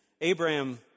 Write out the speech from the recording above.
Abraham